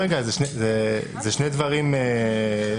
סליחה רגע, זה שני דברים שונים.